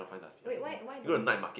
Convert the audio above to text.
wait why why don't